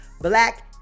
Black